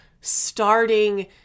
starting